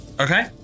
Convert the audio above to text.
Okay